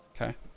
Okay